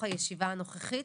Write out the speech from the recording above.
הישיבה הנוכחית.